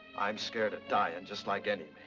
i'm scared of dying, just like any